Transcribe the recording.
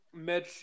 Mitch